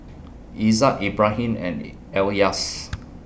Izzat Ibrahim and Elyas